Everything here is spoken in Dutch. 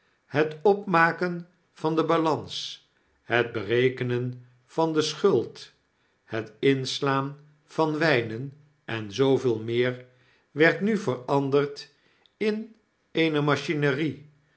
het opmaken van de balans het berekenen van de schuld het inslaan van wynen en zooveel meer werd nu veranderd in eene machinerie